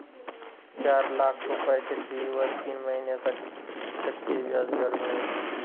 चार लाख रुपयांच्या ठेवीवर तीन महिन्यांसाठी किती टक्के व्याजदर मिळेल?